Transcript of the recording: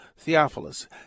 Theophilus